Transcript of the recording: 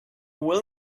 will